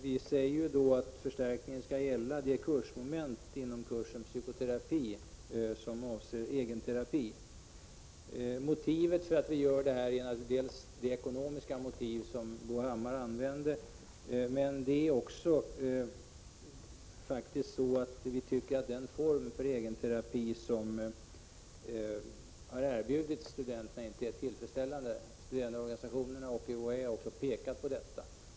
Vi säger att förstärkningen skall gälla de kursmoment inom kursen psykoterapi som avser egenterapi. Motiven för det är dels de ekonomiska motiv som Bo Hammar anförde, dels att vi tycker att den form för egenterapi som har erbjudits studenterna inte är tillfredsställande. Studentorganisationerna och UHÄ har också pekat på detta.